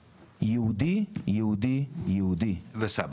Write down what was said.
יהודי, יהודי ויהודי,